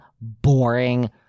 boring